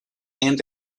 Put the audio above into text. and